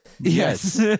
Yes